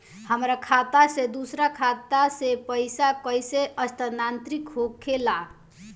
हमार खाता में दूसर खाता से पइसा कइसे स्थानांतरित होखे ला?